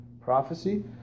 Prophecy